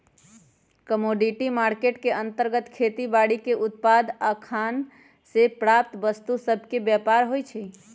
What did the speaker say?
commodity market के अंतर्गत खेती बाड़ीके उत्पाद आऽ खान से प्राप्त वस्तु सभके व्यापार होइ छइ